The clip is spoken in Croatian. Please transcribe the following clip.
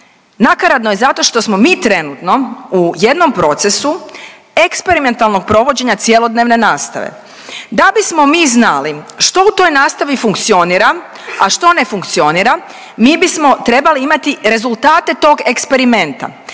Nakaradno je zato što smo mi trenutno u jednom procesu eksperimentalno provođenja cjelodnevne nastave. Da bismo mi znali što u toj nastavi funkcionira, a što ne funkcionira, mi bismo trebali imati rezultate tog eksperimenta.